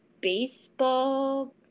baseball